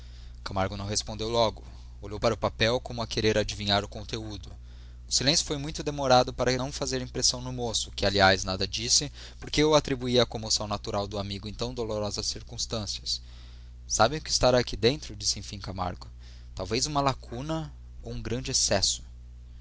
camargo não respondeu logo olhou para o papel como a querer adivinhar o conteúdo o silêncio foi muito demorado para não fazer impressão no moço que aliás nada disse porque o atribuíra à comoção natural do amigo em tão dolorosas circunstâncias sabem o que estará aqui dentro disse enfim camargo talvez uma lacuna ou um grande excesso